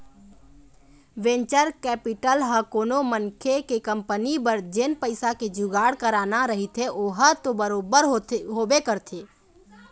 venture capital ह कोनो मनखे के कंपनी बर जेन पइसा के जुगाड़ कराना रहिथे ओहा तो बरोबर होबे करथे